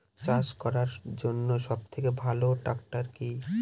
চাষ করার জন্য সবথেকে ভালো ট্র্যাক্টর কি?